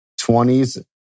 20s